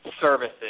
services